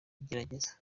igerageza